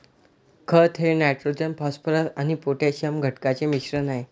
खत हे nitrogen phosphorus आणि पोटॅशियम घटकांचे मिश्रण आहे